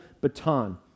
baton